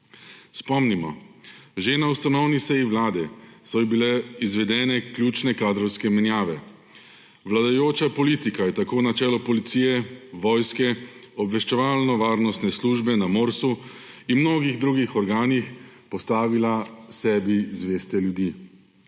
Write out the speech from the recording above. Spomnimo, že na ustanovni seji vlade so bile izvedene ključne kadrovske menjave. Vladajoča politika je tako na čelo policije, vojske, obveščevalno varnostne službe na Morsu in mnogih drugih organih postavila sebi zveste ljudi.